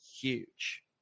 huge